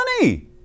money